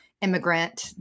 immigrant